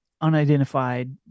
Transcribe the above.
unidentified